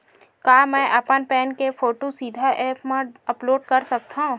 का मैं अपन पैन के फोटू सीधा ऐप मा अपलोड कर सकथव?